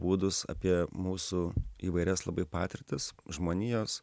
būdus apie mūsų įvairias labai patirtis žmonijos